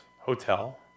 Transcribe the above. hotel